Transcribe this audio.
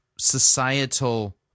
societal